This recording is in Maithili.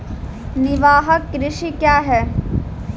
निवाहक कृषि क्या हैं?